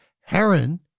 Heron